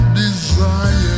desire